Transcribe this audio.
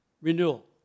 renewal